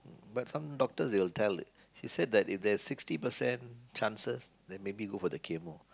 but some doctors they will tell leh she said that if there's sixty percent chances then go for the chemo